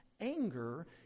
Anger